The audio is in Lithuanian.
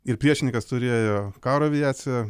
ir priešininkas turėjo karo aviaciją